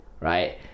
right